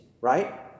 right